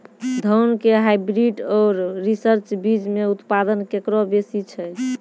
धान के हाईब्रीड और रिसर्च बीज मे उत्पादन केकरो बेसी छै?